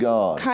God